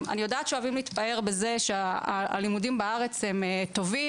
אני יודעת שאוהבים להתפאר בזה שהלימודים בארץ הם טובים